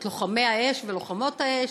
את לוחמי האש ולוחמות האש.